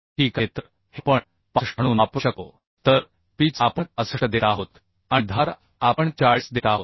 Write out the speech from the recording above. ठीक आहे तर हे आपण 65 म्हणून वापरू शकतो तर पिच आपण 65 देत आहोत आणि धार आपण 40 देत आहोत